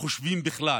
חושבים בכלל